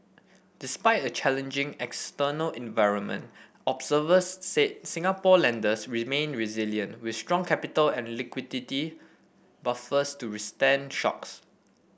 despite a challenging external environment observers said Singapore lenders remain resilient with strong capital and liquidity buffers to withstand shocks